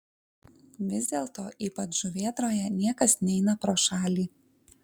vis dėlto ypač žuvėdroje niekas neina pro šalį